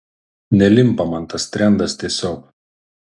nelimpa man tas trendas tiesiog